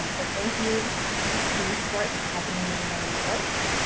um so thank you for your support and for helping me learn the ropes.